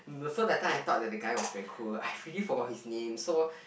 so that time I thought that the guy was very cool I really forgot his name so